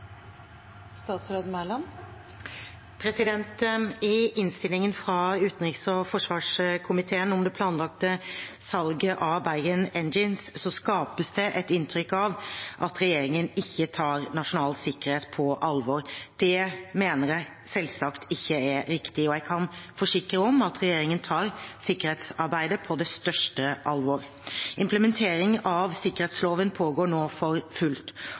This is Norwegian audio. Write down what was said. I innstillingen fra utenriks- og forsvarskomiteen om det planlagte salget av Bergen Engines skapes det et inntrykk av at regjeringen ikke tar nasjonal sikkerhet på alvor. Det mener jeg selvsagt ikke er riktig, og jeg kan forsikre om at regjeringen tar sikkerhetsarbeidet på det største alvor. Implementering av sikkerhetsloven pågår nå for fullt,